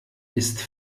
ist